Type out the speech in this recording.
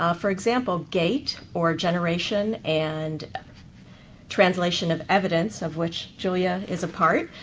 um for example, gate, or generation and translation of evidence, of which julia is a part,